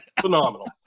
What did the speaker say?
phenomenal